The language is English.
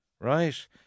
right